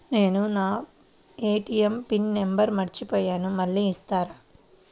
నేను నా ATM pin number మర్చిపోయాను మళ్ళీ ఇస్తారా?